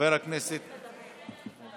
חבר הכנסת ווליד טאהא,